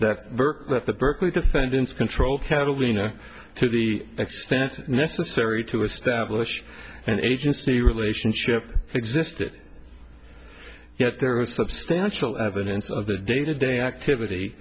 that that the berkeley defendants control catalina to the extent necessary to establish an agency relationship existed yet there was substantial evidence of the day to day activity